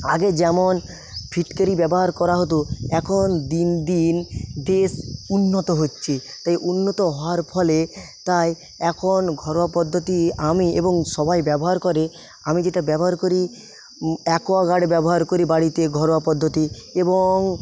আগে যেমন ফিটকিরি ব্যবহার করা হত এখন দিন দিন দেশ উন্নত হচ্ছে তাই উন্নত হওয়ার ফলে তাই এখন ঘরোয়া পদ্ধতি আমি এবং সবাই ব্যবহার করে আমি যেটা ব্যবহার করি অ্যাকোয়াগার্ড ব্যবহার করি বাড়িতে ঘরোয়া পদ্ধতি এবং